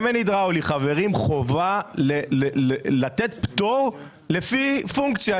שמן הידראולי חובה לתת פטור לפי פונקציה.